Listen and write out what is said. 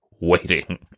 waiting